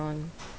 on